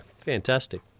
Fantastic